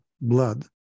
BLOOD